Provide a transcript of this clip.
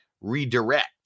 redirect